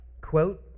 quote